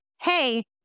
hey